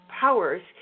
powers